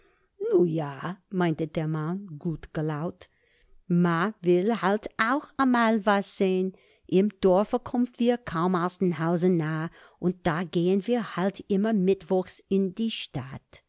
nu ja meinte der mann gut gelaunt ma will halt ooch amal was sehn im dorfe kumm wir kaum aus'm hause na und da gehn wir halt immer mittwochs in die stadt